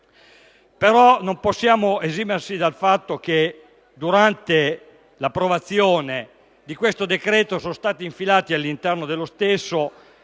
Non possiamo esimerci dal ricordare che durante l'approvazione di questo decreto sono stati infilati all'interno dello stesso delle